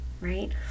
right